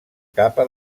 capa